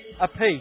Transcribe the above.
apiece